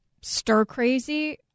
stir-crazy –